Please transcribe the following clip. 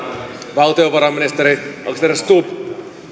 valtiovarainministeri alexander stubb